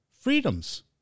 Freedoms